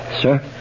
Sir